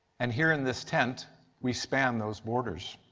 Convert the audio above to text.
and here in this tent we span those borders.